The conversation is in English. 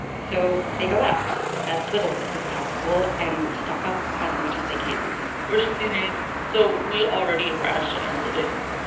so they go out as little as possible and stock up as much as they can we're students, so we already ration as it is.